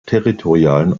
territorialen